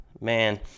Man